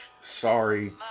Sorry